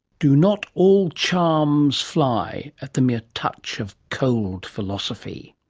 do not all charms fly at the mere touch of cold philosophy?